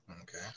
Okay